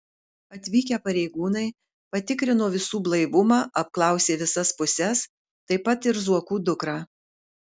atvykę pareigūnai patikrino visų blaivumą apklausė visas puses taip pat ir zuokų dukrą